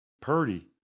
Purdy